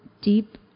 deep